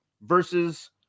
versus